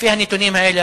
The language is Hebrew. לפי הנתונים האלה,